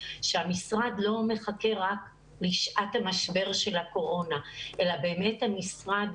שהמשרד לא מחכה רק לשעת המשבר של הקורונה אלא באמת המשרד,